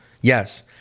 yes